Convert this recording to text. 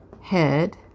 head